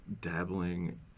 dabbling